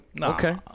okay